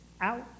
out